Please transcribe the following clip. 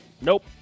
nope